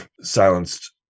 silenced